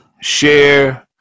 share